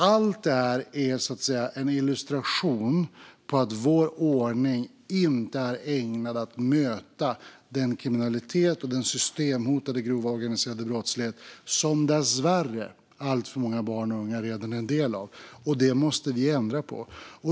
Allt det här är en illustration av att vår ordning inte är ägnad att möta den systemhotande grova organiserade brottslighet som dessvärre alltför många barn och unga redan är en del av. Det måste vi ändra på.